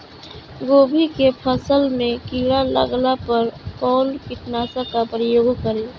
गोभी के फसल मे किड़ा लागला पर कउन कीटनाशक का प्रयोग करे?